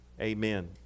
Amen